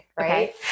right